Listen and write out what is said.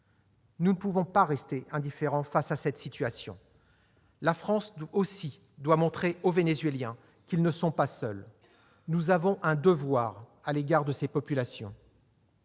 Nous ne pouvons pas rester indifférents face à cette situation. La France, aussi, doit montrer aux Vénézuéliens qu'ils ne sont pas seuls. Nous avons un devoir à l'égard de ces populations.